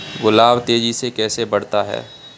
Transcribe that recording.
गुलाब तेजी से कैसे बढ़ता है?